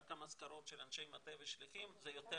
רק המשכורות של אנשי המטה והשליחים זה יותר